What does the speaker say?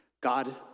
God